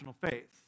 faith